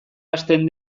hasten